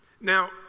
Now